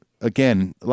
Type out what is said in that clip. again